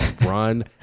run